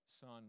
son